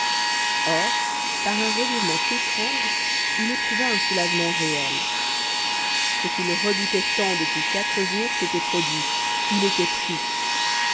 or par un revirement étrange il éprouva un soulagement réel ce qu'il redoutait tant depuis quatre jours s'était produit il était pris